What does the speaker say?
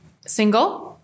single